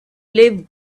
liv